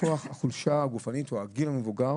החולשה הגופנית או הגיל המבוגר,